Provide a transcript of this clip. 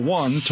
one